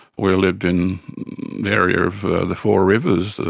we lived in an area of the four rivers,